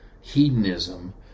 hedonism